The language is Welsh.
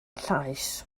llaes